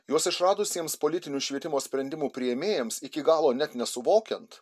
juos išradusiems politinių švietimo sprendimų priėmėjams iki galo net nesuvokiant